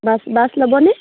bus bus ল'বনে